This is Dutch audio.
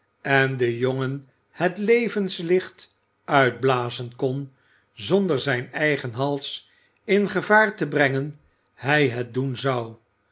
en den jongen het levenslicht uitblazen kon zonder zijn eigen hals in gevaar te brengen hij het doen zou